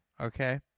Okay